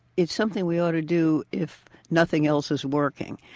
it's something we ought to do if nothing else is working.